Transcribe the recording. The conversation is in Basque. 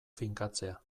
finkatzea